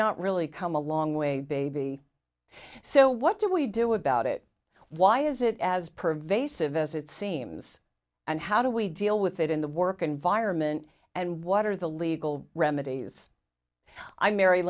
not really come a long way baby so what do we do about it why is it as pervasive as it seems and how do we deal with it in the work environment and what are the legal remedies i mar